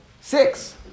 Six